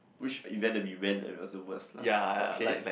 which event that we went and it was the worse lah okay